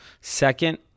Second